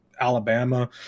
Alabama